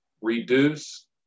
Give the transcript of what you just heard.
reduce